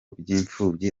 by’imfubyi